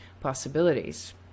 possibilities